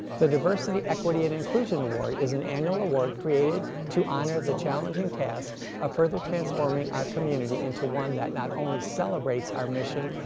the diversity, equity and inclusion award is an annual award created to honor the challenging task of further transforming our community into one that not only celebrates our mission,